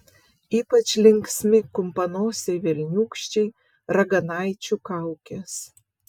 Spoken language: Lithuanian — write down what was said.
ypač linksmi kumpanosiai velniūkščiai raganaičių kaukės